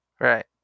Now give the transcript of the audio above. Right